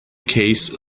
case